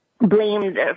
blamed